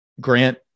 Grant